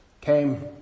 came